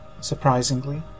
Surprisingly